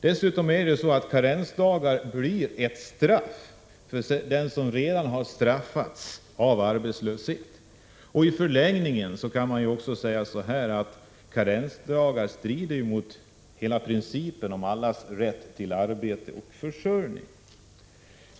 Dessutom blir karensdagarna ett straff för den som redan har drabbats av arbetslöshet. Man kan också i förlängningen av detta säga att karensdagar strider mot principen om allas rätt till arbete och försörjning.